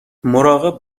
مراقب